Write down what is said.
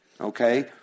okay